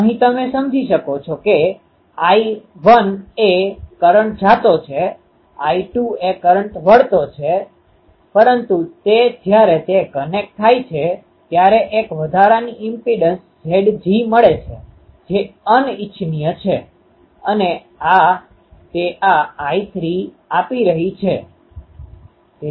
અહીં તમે સમજી શકો છો કે આઇ I1 એ કરંટ જાતો છે I2 એ કરંટ વળતો છે પરંતુ તે જ્યારે તે કનેક્ટ થાય છે ત્યાં એક વધારાની ઇમ્પીડંસ Zg મળે છે જે અનિચ્છનીય છે અને તે આ I3 આપી રહી છે